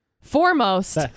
Foremost